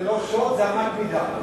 זה לא שוט, זה אמת מידה.